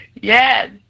Yes